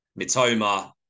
Mitoma